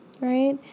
Right